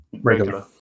Regular